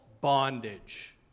bondage